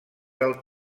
del